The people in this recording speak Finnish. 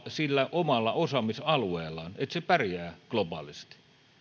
sillä omalla osaamisalueellaan että se pärjää globaalisti